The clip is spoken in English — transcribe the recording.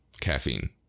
caffeine